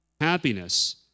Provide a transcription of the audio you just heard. Happiness